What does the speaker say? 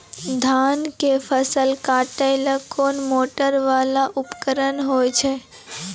धान के फसल काटैले कोन मोटरवाला उपकरण होय छै?